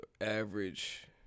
average